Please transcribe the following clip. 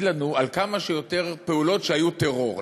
לנו על כמה שיותר פעולות שהיו טרור.